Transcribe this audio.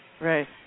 Right